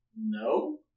No